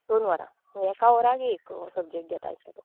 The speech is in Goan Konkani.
दोन वरां म्हणजे एका वराक एक सब्जॅक्ट घेता दिसता तो